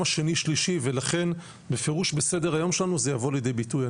השני שלישי ולכן בפירוש בסדר היום שלנו זה יבוא לידי ביטוי,